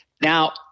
Now